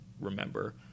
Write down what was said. remember